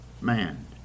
man